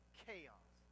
chaos